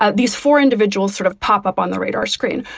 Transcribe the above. ah these four individuals sort of pop up on the radar screen.